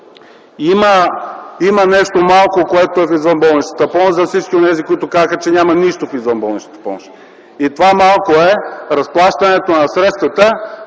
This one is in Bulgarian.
Има нещо малко в извънболничната помощ – за всички онези, които казваха, че няма нищо в извънболничната помощ, и това малко е разплащането на средствата